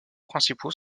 principaux